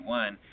one